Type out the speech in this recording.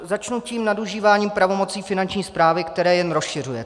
Začnu tím nadužíváním pravomocí Finanční správy, které jen rozšiřujete.